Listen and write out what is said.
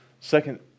Second